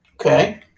Okay